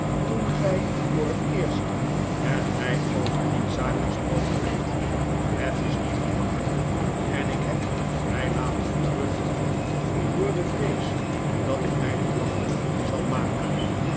toen gy voor het eerst met my over die zaak gesproken hebt het is niet gemakkelyk en ik heb mij laten terughouden door de vrees dat ik my belachelijk zal maken